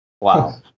Wow